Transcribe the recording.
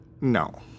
No